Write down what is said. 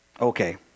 Okay